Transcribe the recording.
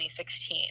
2016